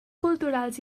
culturals